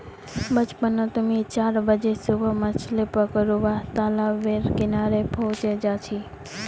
बचपन नोत मि चार बजे सुबह मछली पकरुवा तालाब बेर किनारे पहुचे जा छी